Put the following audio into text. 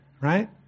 right